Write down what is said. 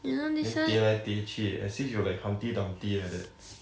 then 跌来跌去 as if you're like humpy dumpy like that